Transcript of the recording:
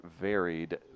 varied